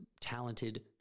talented